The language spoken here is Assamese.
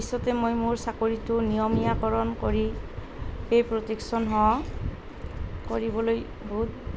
ভৱিষ্যতে মই মোৰ চাকৰিটো নিয়মীয়াকৰণ কৰি সেই প্ৰটেকশ্যন সহ কৰিবলৈ বহুত